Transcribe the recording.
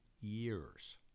years